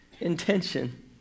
intention